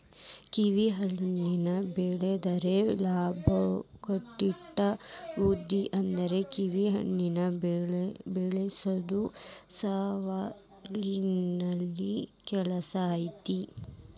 ಕಿವಿಹಣ್ಣ ಬೆಳದ್ರ ಲಾಭಂತ್ರು ಕಟ್ಟಿಟ್ಟ ಬುತ್ತಿ ಆದ್ರ ಕಿವಿಹಣ್ಣ ಬೆಳಸೊದು ಸವಾಲಿನ ಕೆಲ್ಸ ಐತಿ